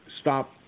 stop